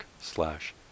slash